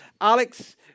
Alex